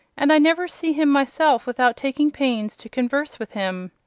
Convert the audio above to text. and i never see him myself without taking pains to converse with him.